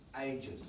ages